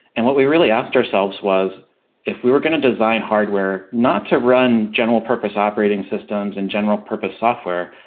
and what we really asked ourselves was if we were going to design hardware not to run general purpose operating systems in general purpose software,